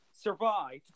Survived